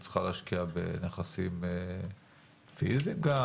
נכסים פיזיים גם?